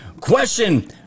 Question